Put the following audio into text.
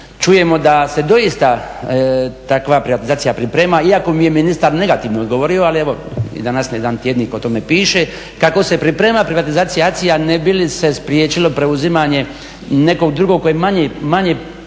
čujemo da se doista takva privatizacija priprema, iako mi je ministar negativno odgovorio. Ali evo i danas jedan tjednik o tome piše kako se priprema privatizacija ACI-a ne bi li se spriječilo preuzimanje nekog drugog koji je manje poželjan